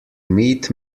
meet